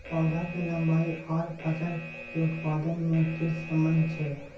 पौधा के लंबाई आर फसल के उत्पादन में कि सम्बन्ध छे?